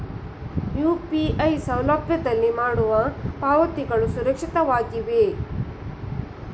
UPI ಸೌಲಭ್ಯದಲ್ಲಿ ಮಾಡುವ ಪಾವತಿಗಳು ಸುರಕ್ಷಿತವೇ?